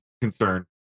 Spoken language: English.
concern